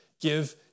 Give